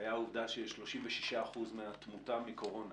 היה העובדה ש-36% מהתמותה מקורונה